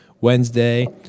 Wednesday